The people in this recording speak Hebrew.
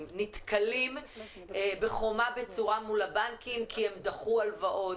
נתקלים בחומה בצורה מול הבנקים כי הם דחו הלוואות,